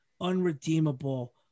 unredeemable